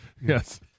Yes